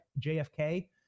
JFK